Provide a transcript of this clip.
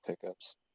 pickups